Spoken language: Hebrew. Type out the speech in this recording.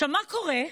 מה קורה?